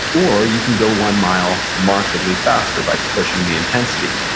or you can go one mile markedly faster by pushing the intensity.